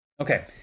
Okay